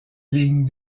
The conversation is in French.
lignes